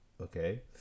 okay